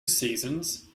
seasons